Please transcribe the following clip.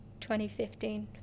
2015